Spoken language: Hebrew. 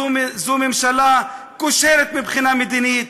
זו ממשלה כושלת מבחינה מדינית,